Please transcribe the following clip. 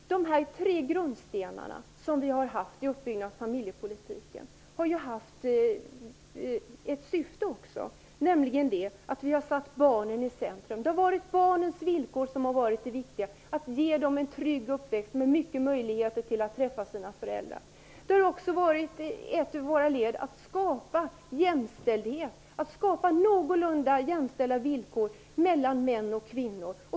De tre grundstenarna i uppbyggnaden av familjepolitiken har haft ett syfte också, nämligen att vi satt barnen i centrum. Det har varit barnens villkor som har varit det viktiga, att ge dem en trygg uppväxt med möjligheter att träffa sina föräldrar. Det har varit ett led i att skapa jämställdhet, någorlunda jämställda villkor, mellan män och kvinnor.